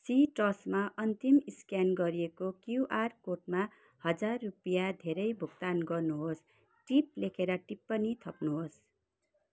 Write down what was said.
सिट्रसमा अन्तिम स्क्यान गरिएको क्युआर कोडमा हजार रुपियाँ धेरै भुक्तान गर्नुहोस् टिप लेखेर टिप्पणी थप्नुहोस्